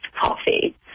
coffee